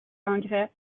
engrais